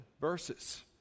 verses